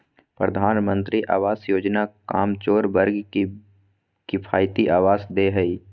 प्रधानमंत्री आवास योजना कमजोर वर्ग के किफायती आवास दे हइ